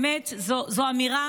באמת, זו אמירה